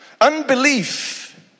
Unbelief